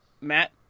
Matt